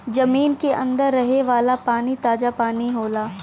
जमीन के अंदर रहे वाला पानी ताजा पानी होला